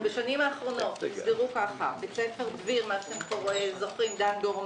בשנים האחרונות נסגרו בית ספר דביר דן גורמה,